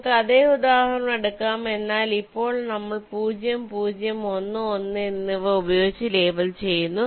നമുക്ക് അതേ ഉദാഹരണം എടുക്കാം എന്നാൽ ഇപ്പോൾ നമ്മൾ 0 0 1 1 എന്നിവ ഉപയോഗിച്ച് ലേബൽ ചെയ്യുന്നു